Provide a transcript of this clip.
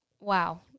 Wow